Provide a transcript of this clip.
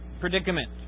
predicament